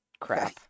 crap